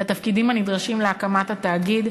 לתפקידים הנדרשים להקמת התאגיד,